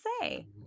say